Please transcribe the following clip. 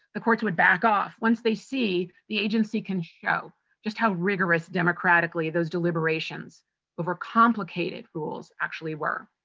the courts would back off once they see the agency can show just how rigorous democratically those deliberations over complicated rules actually were.